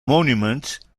monuments